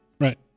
Right